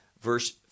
verse